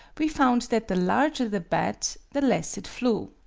we found that the larger the bat the less it flew.